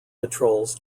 patrols